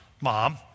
mom